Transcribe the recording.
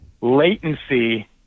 latency